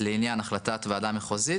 לעניין החלטת וועדה מחוזית,